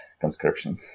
conscription